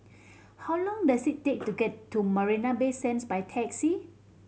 how long does it take to get to Marina Bay Sands by taxi